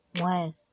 One